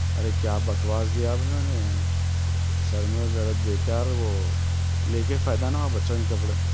ارے کیا بکواس دیا بھائی انہوں نے سر میں درد بیکار وہ لے کے فائدہ نہ بچوں کے کپڑے